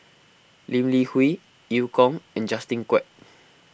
Lee Li Hui Eu Kong and Justin Quek